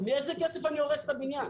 מאיזה כסף אני הורס את הבניין?